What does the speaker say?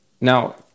Now